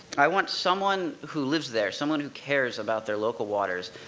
i want someone who lives there, someone who cares about their local waters,